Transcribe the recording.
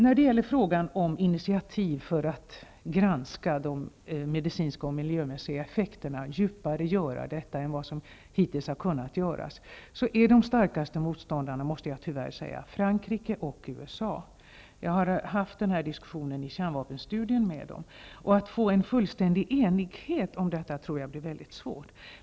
När det gäller initiativ för att granska de medicinska och miljömässiga effekterna djupare än vad som hittills har kunnat göras, så är de starkaste motståndarna, måste jag tyvärr säga, Frankrike och USA. Jag har fört den här diskussionen i kärnvapenstudien med företrädarna för dessa länder. Att få en fullständig enighet om detta tror jag blir mycket svårt.